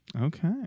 Okay